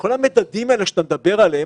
כל המדדים האלה שאתה מדבר עליהם,